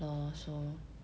I also